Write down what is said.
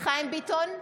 חיים ביטון,